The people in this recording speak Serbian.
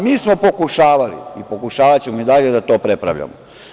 Mi smo pokušavali i pokušavaćemo i dalje da to prepravljamo.